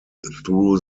through